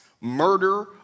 murder